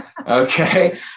Okay